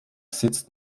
sitzt